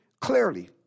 clearly